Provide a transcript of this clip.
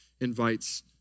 invites